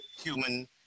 human